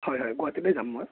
হয় হয় গুৱাহাটীলৈ যাম মই